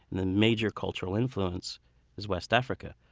the major cultural influence is west africa,